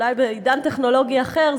אולי בעידן טכנולוגי אחר,